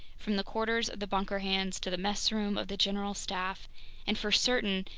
from the quarters of the bunker hands to the messroom of the general staff and for certain,